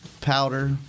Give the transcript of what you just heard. powder